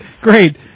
great